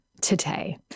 today